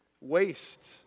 waste